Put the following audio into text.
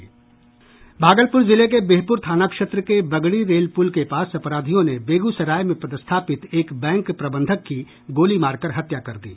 भागलपुर जिले के बिहपुर थाना क्षेत्र के बगड़ी रेल पुल के पास अपराधियों ने बेगूसराय में पदस्थापित एक बैंक प्रबंधक की गोली मारकर हत्या कर दी